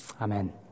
Amen